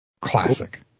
classic